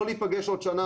שלא נפגש עוד שנה,